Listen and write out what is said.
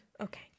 Okay